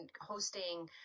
hosting